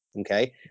Okay